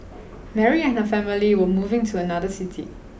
Mary and her family were moving to another city